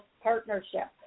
partnership